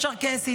הצ'רקסית,